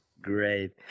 great